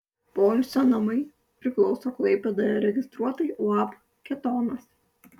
poilsio namai priklauso klaipėdoje registruotai uab ketonas